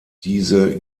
diese